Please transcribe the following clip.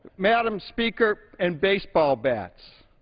madam speaker, and baseball bats.